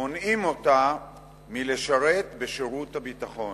מונעים אותה מלשרת בשירות הביטחון,